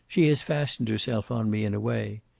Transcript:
she has fastened herself on me, in a way.